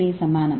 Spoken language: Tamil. ஏ சாமணம்